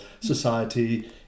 society